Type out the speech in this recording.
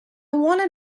wanted